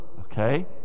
Okay